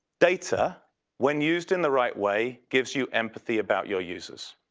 data when used in the right way gives you empathy about your users.